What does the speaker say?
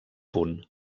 punt